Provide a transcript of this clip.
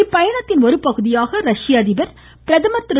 இந்த பயணத்தின் ஒருபகுதியாக ரஷ்ய அதிபர் பிரதமர் திரு